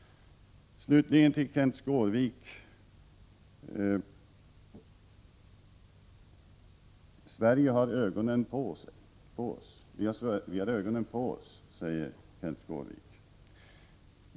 Kenth Skårvik säger att vi i Sverige har ögonen på oss.